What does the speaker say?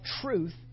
truth